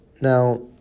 Now